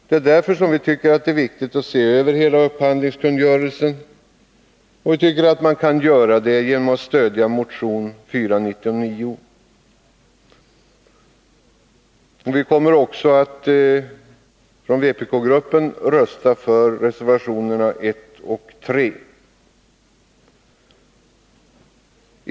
Mot den här bakgrunden är det angeläget att se över hela upphandlingskungörelsen, och vi tycker att man kan göra det genom att stödja motion nr 499. Vi kommer också från vpk-gruppens sida att rösta för reservationerna 1 och 3.